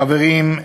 חברים,